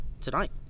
tonight